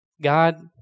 God—